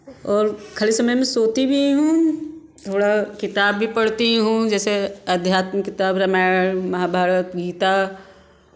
और खाली समय में सोती भी हूँ थोड़ा किताब भी पढ़ती हूँ जैसे आध्यात्मिक किताब रामायण महाभारत गीता